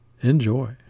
Enjoy